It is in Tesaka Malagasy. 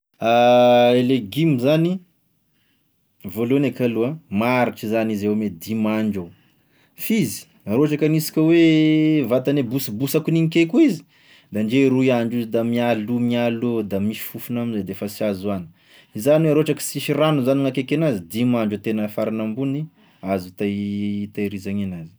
E legioma zany, voalohany eka aloha, maharitry zany izy eo ame dimy andro eo, f'izy raha ohatra ka hanisika hoe vatany e bosibosy a kininike koa izy da ndre roy andro izy da mihalo, mihalo da misy fofona amzay defa sy azo hany, izany hoe raha ohatra ka sisy rano zany ny akaiky en'azy dimy andro tena farany amboniny azo hitehi- hitehirizany an'azy.